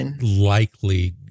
likely